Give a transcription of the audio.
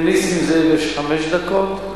לנסים זאב יש חמש דקות,